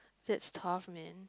that's tough man